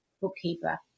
bookkeeper